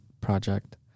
project